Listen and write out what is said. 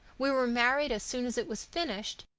we were married as soon as it was finished,